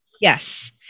yes